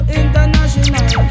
international